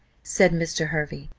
said mr. hervey,